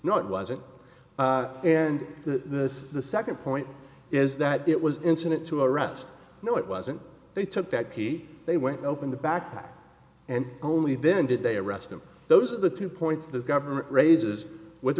no it wasn't and the the second point is that it was incident to arrest no it wasn't they took that key they went to open the backpack and only then did they arrest him those are the two points the government raises with